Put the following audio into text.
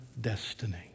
destiny